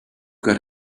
got